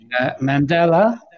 Mandela